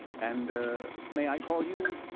and may i call you.